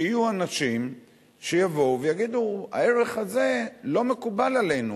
שיהיו אנשים שיבואו ויגידו: הערך הזה לא מקובל עלינו.